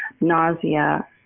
nausea